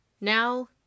now